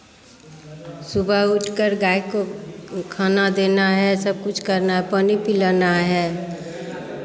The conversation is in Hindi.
सुबह उठ कर गाय को खाना देना है सबकुछ करना है पानी पिलाना है